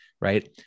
right